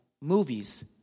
movies